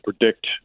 predict